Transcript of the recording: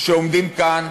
שעומדים כאן,